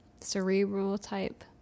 cerebral-type